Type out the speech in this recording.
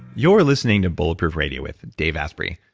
you're listening to bulletproof radio with dave asprey.